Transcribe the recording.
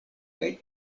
kaj